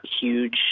huge